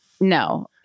No